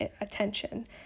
attention